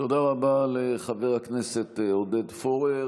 תודה רבה לחבר הכנסת עודד פורר.